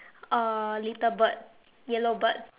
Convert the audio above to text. uh little bird yellow bird